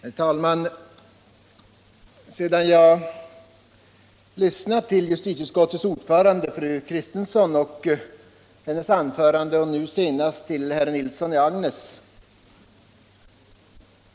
Herr talman! Jag har lyssnat till justitieutskottets ordförande fru Kristensson och nu senast till herr Nilsson i Agnäs.